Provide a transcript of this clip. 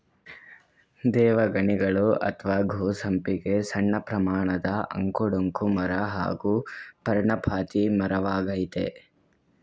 ದೇವಗಣಿಗಲು ಅತ್ವ ಗೋ ಸಂಪಿಗೆ ಸಣ್ಣಪ್ರಮಾಣದ ಅಂಕು ಡೊಂಕು ಮರ ಹಾಗೂ ಪರ್ಣಪಾತಿ ಮರವಾಗಯ್ತೆ